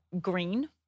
green